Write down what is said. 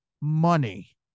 money